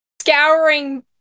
scouring